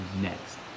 next